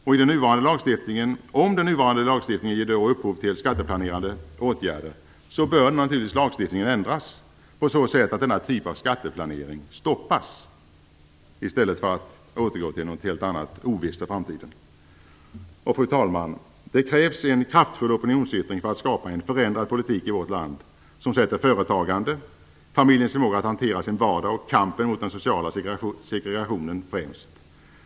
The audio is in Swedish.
Om den nuvarande lagstiftningen ger upphov till skatteplanerande åtgärder bör man naturligtvis ändra lagstiftningen så att denna typ av skatteplanering stoppas i stället för att återgå till något helt annat för framtiden ovisst. Fru talman! Det krävs en kraftfull opinionsyttring för att skapa en förändrad politik i vårt land som sätter företagande, familjens förmåga att hantera sin vardag och kampen mot den sociala segregationen främst.